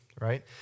Right